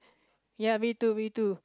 ya me too me too